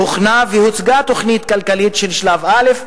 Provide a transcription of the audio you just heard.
הוכנה והוצגה תוכנית כלכלית של שלב א',